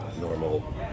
normal